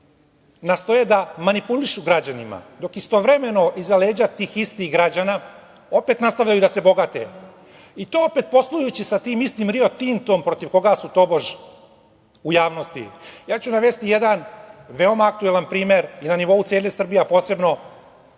Nastoje da manipulišu građanima, dok istovremeno iza leđa tih istih građana opet nastavljaju da se bogate, i to opet poslujući sa tim istim „Rio Tintom“ protiv koga su tobož u javnosti. Ja ću navesti jedan veoma aktuelan primer na nivou cele Srbije, a posebno